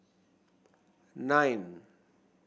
nine